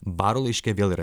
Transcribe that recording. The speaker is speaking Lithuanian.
baro laiške vėl yra